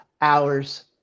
hours